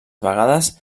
vegades